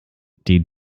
die